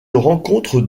rencontre